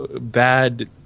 bad